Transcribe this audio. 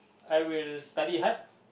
I will study hard